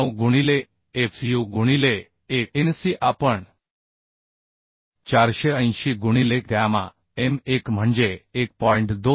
9 गुणिले Fu गुणिले Anc आपण 480 गुणिले गॅमा m 1 म्हणजे 1